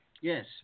Yes